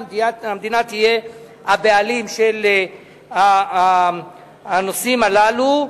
למדינה, והמדינה תהיה הבעלים של הנושאים הללו.